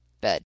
bed